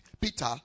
Peter